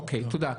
אוקיי, תודה.